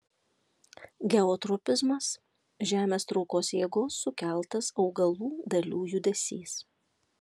geotropizmas žemės traukos jėgos sukeltas augalų dalių judesys